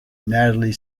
natalie